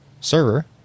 server